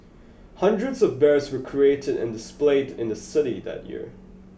hundreds of bears were created and displayed in the city that year